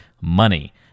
money